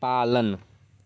पालन